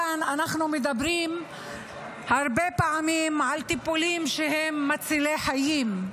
כאן אנחנו מדברים הרבה פעמים על טיפולים שהם מצילי חיים.